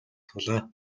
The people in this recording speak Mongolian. суулаа